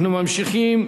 אנחנו ממשיכים.